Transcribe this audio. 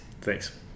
Thanks